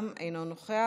גם הוא אינו נוכח.